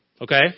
Okay